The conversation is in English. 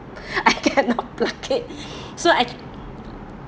I cannot pluck it so I